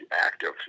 active